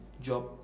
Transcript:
job